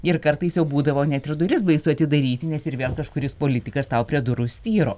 ir kartais jau būdavo net ir duris baisu atidaryti nes ir vėl kažkuris politikas tau prie durų styro